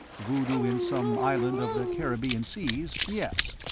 voodoo in some island of the caribbean seas, yes,